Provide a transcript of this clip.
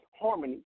harmony